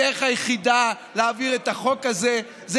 הדרך היחידה להעביר את החוק הזה היא